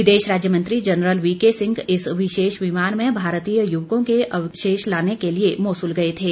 विदेश राज्य मंत्री जनरल वीके सिंह इस विशेष विमान में भारतीय युवकों के अवशेष लाने के लिए मोसुल गए थे